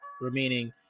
remaining